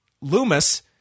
Loomis